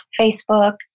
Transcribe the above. Facebook